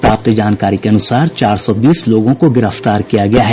प्राप्त जानकारी के अनुसार चार सौ बीस लोगों को गिरफ्तार किया गया है